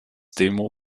demo